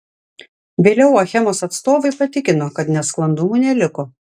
vėliau achemos atstovai patikino kad nesklandumų neliko